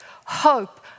hope